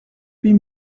huit